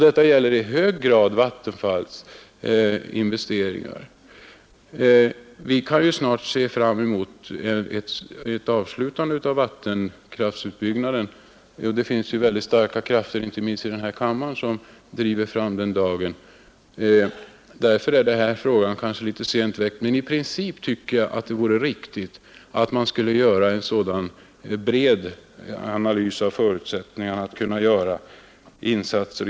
Detta gäller i hög grad Vattenfalls investeringar. Vi kan snart se fram mot en tid då vattenkraftsutbyggandet är avslutat — det finns starka krafter inte minst i den här kammaren som driver på i den riktningen — och därför är kanske denna fråga litet sent väckt. I princip tycker jag emellertid att det vore riktigt med en bred analys av förutsättningarna att göra olika insatser.